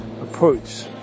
approach